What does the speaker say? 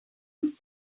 use